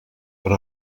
per